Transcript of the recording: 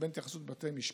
בין התייחסות בבתי משפט,